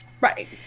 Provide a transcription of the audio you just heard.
Right